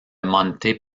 monte